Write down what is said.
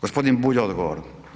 Gospodin Bulj odgovor.